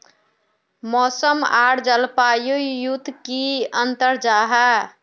मौसम आर जलवायु युत की अंतर जाहा?